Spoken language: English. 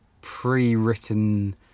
pre-written